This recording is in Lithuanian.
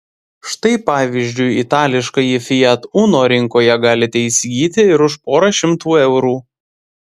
štai pavyzdžiui itališkąjį fiat uno rinkoje galite įsigyti ir už porą šimtų eurų